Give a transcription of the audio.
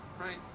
right